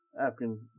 African